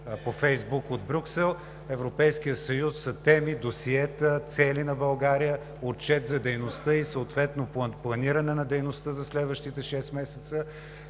по Фейсбук от Брюксел. Европейският съюз са теми, досиета, цели на България, отчет за дейността и съответно планиране на дейностите за следващите шест месеца.